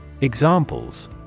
Examples